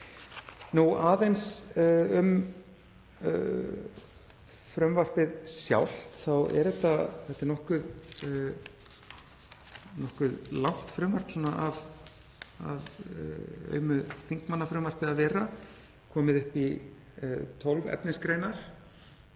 Aðeins um frumvarpið sjálft. Þetta er nokkuð langt frumvarp af aumu þingmannafrumvarpi að vera, komið upp í 12 efnisgreinar.